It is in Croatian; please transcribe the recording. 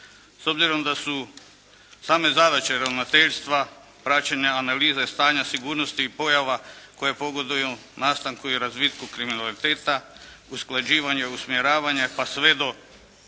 S obzirom da su same zadaće ravnateljstva, praćenja analize stanja sigurnosti i pojava koje pogoduju nastanku i razvitku kriminaliteta, usklađivanje i usmjeravanje pa sve do